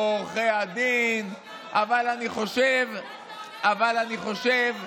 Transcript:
תכף אקריא את התשובה, אל תדאגי.